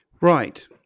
Right